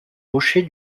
rocher